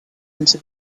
into